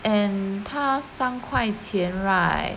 and 他三块钱 right